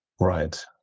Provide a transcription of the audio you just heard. Right